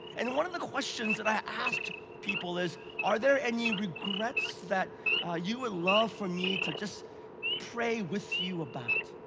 and and one of the questions that i've asked people is, are there any regrets that you would love for me to just pray with you about?